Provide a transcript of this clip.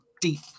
deep